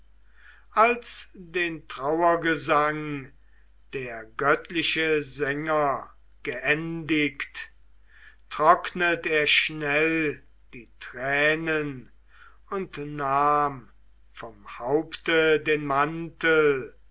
als den trauergesang der göttliche sänger geendigt trocknet er schnell der tränen und nahm vom haupte den mantel